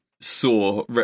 saw